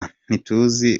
ntituzi